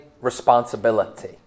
responsibility